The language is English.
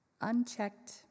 unchecked